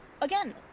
again